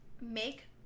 make